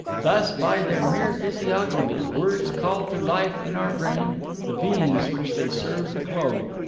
thus, by their mere physiognomy, words call to life in our brain the beings which they serve to clothe.